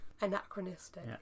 anachronistic